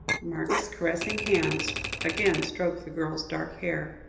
margaret's caressing hand again stroked the girl's dark hair.